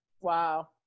Wow